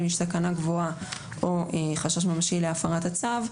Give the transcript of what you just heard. יש סכנה גבוהה או חשש ממשי להפרת הצו,